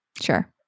sure